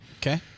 Okay